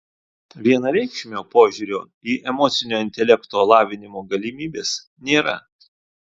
vienareikšmio požiūrio į emocinio intelekto lavinimo galimybes nėra